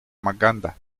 magadha